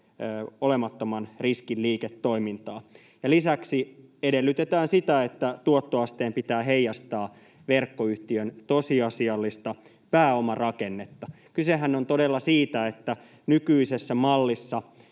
olemattoman riskin liiketoimintaa, ja lisäksi edellytetään sitä, että tuottoasteen pitää heijastaa verkkoyhtiön tosiasiallista pääomarakennetta. Kysehän on todella siitä, että nykyisessä mallissa